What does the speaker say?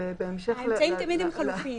האמצעים הם תמיד חלופיים.